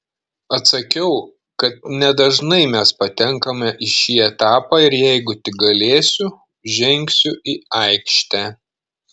atsakiau kad nedažnai mes patenkame į šį etapą ir jeigu tik galėsiu žengsiu į aikštę